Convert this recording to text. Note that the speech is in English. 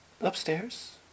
upstairs